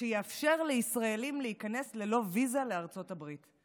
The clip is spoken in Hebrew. שיאפשר לישראלים להיכנס ללא ויזה לארצות הברית.